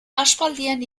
aspaldian